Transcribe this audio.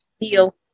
Deal